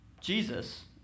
Jesus